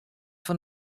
fan